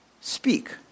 speak